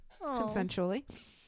consensually